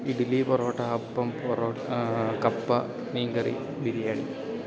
ഇഡിലി പൊറോട്ട അപ്പം കപ്പ മീൻ കറി ബിരിയാണി